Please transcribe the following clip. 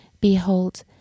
behold